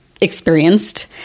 experienced